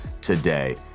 today